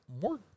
more